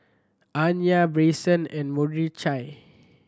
Anya Bryson and Mordechai